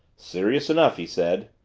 serious enough, he said.